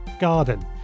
garden